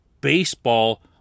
baseball